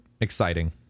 exciting